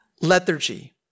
lethargy